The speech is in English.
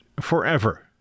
forever